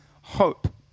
hope